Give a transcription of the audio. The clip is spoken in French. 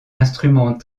instrument